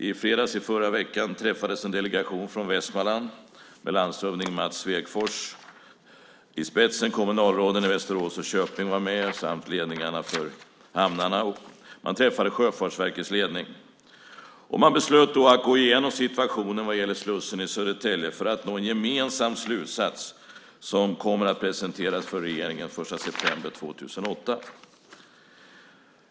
I fredags i förra veckan träffades en delegation från Västmanland med landshövding Mats Svegfors i spetsen. Kommunalråden i Västerås och Köping var med samt ledningarna för hamnarna. Man träffade Sjöfartsverkets ledning. Man beslöt då att gå igenom situationen vad gäller slussen i Södertälje för att nå en gemensam slutsats som kommer att presenteras för regeringen den 1 september 2008.